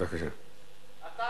לך יש מקום במפלגה פאשיסטית.